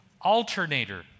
alternator